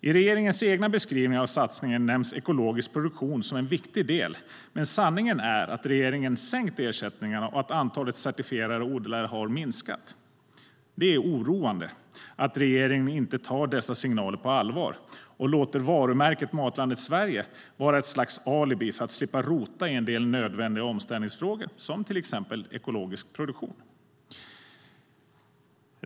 I regeringens egna beskrivningar av satsningen nämns ekologisk produktion som en viktig del, men sanningen är att regeringen har sänkt ersättningarna och att antalet certifierade odlare har minskat. Det är oroande att regeringen inte tar dessa signaler på allvar och låter varumärket Matlandet Sverige vara ett slags alibi för att slippa rota i en del nödvändiga omställningsfrågor som till exempel ekologisk produktion.